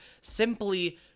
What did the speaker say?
simply